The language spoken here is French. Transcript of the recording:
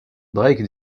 drake